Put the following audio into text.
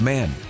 Men